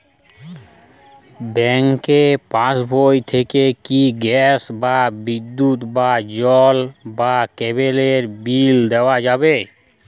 Bank পাশবই থেকে কি গ্যাস বা বিদ্যুৎ বা জল বা কেবেলর বিল দেওয়া যাবে?